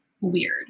weird